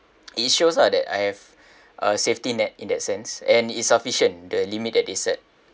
it shows lah that I have a safety net in that sense and is sufficient the limit that they set